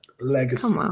Legacy